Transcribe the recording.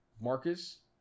Marcus